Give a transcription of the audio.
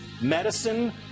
medicine